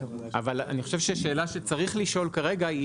אבל אני חושב שהשאלה שצריך לשאול כרגע היא